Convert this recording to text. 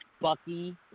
Bucky